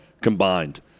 combined